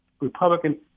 Republican